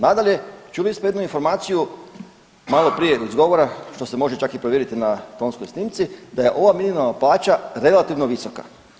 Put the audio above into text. Nadalje, čuli smo jednu informaciju malo prije iz govora što se može čak i provjeriti na tonskoj snimci da je ova minimalna plaća relativno visoka.